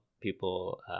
people